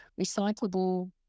recyclable